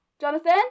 Jonathan